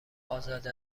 ازاده